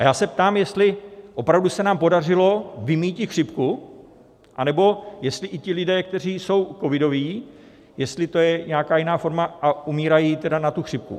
Já se ptám, jestli opravdu se nám podařilo vymýtit chřipku, anebo jestli i ti lidé, kteří jsou covidoví, jestli to je nějaká jiná forma, a umírají tedy na tu chřipku.